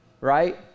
Right